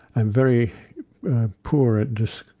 i'm very poor at this,